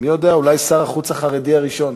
מי יודע, אולי שר החוץ החרדי הראשון.